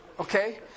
Okay